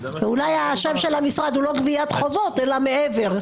אולי השם של המשרד הוא לא גביית חובות אלא מעבר.